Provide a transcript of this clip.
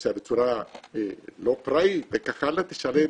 נוסע בצורה לא פראית, תשלם